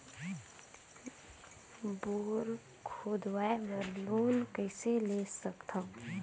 Bore खोदवाय बर loan कइसे ले सकथव?